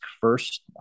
first